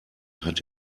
hat